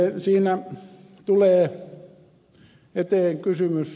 eli siinä tulee eteen kysymys